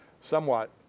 somewhat